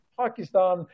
Pakistan